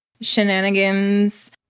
shenanigans